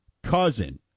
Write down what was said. cousin